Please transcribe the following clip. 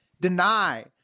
deny